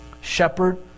shepherd